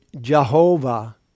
Jehovah